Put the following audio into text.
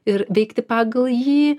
ir veikti pagal jį